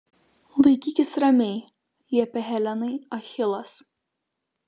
laikykis ramiai liepė helenai achilas